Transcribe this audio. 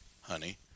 honey